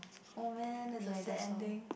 oh man that's a sad ending